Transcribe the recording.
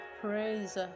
praise